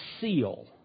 seal